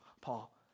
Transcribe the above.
Paul